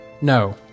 No